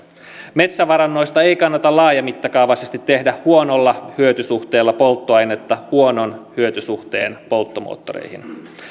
metsävarannoista ei kannata laajamittakaavaisesti tehdä huonolla hyötysuhteella polttoainetta huonon hyötysuhteen polttomoottoreihin